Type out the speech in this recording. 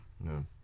No